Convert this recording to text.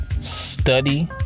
study